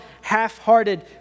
half-hearted